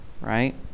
right